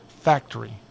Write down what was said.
factory